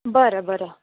बरं बरं